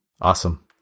Awesome